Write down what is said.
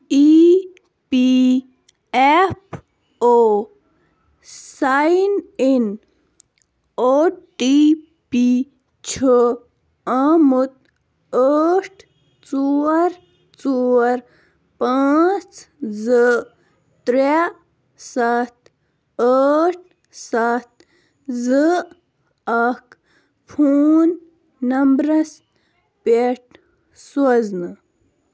E P F O sign in O T P چھُ آمُت ٲٹھ ژور ژور پانٛژھ زٕ ترٛےٚ سَتھ ٲٹھ سَتھ زٕ اَکھ فون نمبرَس پٮ۪ٹھ سوزنہٕ